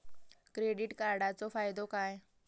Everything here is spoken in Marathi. क्रेडिट कार्डाचो फायदो काय?